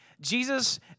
Jesus